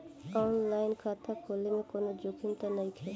आन line खाता खोले में कौनो जोखिम त नइखे?